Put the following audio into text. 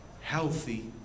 healthy